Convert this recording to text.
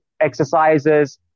exercises